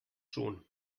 schon